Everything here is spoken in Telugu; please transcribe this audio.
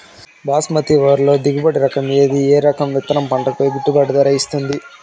బాస్మతి వరిలో దిగుబడి రకము ఏది ఏ రకము విత్తనం పంటకు గిట్టుబాటు ధర ఇస్తుంది